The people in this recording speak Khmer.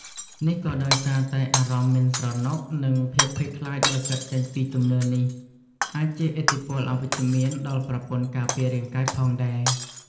នេះក៏ដោយសារតែអារម្មណ៍មិនស្រណុក និងភាពភ័យខ្លាចដែលកើតចេញពីជំនឿនេះ អាចជះឥទ្ធិពលអវិជ្ជមានដល់ប្រព័ន្ធការពាររាងកាយផងដែរ។